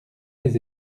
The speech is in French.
les